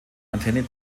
antenne